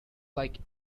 like